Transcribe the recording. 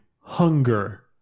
hunger